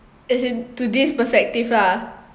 as in today's perspective lah